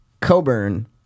Coburn